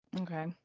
Okay